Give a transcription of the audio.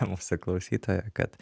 mūsų klausytoją kad